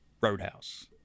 Roadhouse